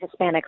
Hispanics